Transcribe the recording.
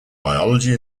biology